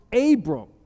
Abram